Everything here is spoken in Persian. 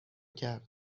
کرد